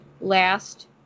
last